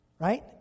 right